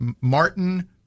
Martin